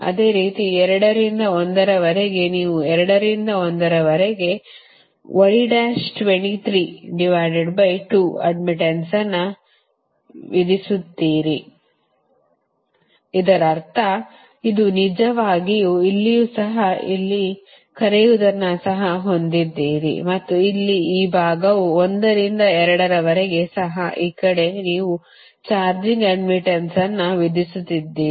ಅದೇ ರೀತಿ ನೀವು 2 ರಿಂದ 1 ರವರೆಗೆ ಅಡ್ಡ್ಮಿಟ್ಟನ್ಸ್ ಅನ್ನು ವಿಧಿಸುತ್ತೀರಿ ಇದರರ್ಥ ಇದು ನಿಜವಾಗಿ ಇಲ್ಲಿಯೂ ಸಹ ಇಲ್ಲಿ ಕರೆಯುವದನ್ನು ಸಹ ಹೊಂದಿದ್ದೀರಿ ಮತ್ತು ಇಲ್ಲಿ ಈ ಭಾಗವು 1 ರಿಂದ 2 ರವರೆಗೆ ಸಹ ಈ ಕಡೆ ನೀವು ಚಾರ್ಜಿಂಗ್ ಅಡ್ಡ್ಮಿಟ್ಟನ್ಸ್ ಅನ್ನು ವಿಧಿಸುತ್ತಿದ್ದೀರಿ